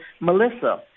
Melissa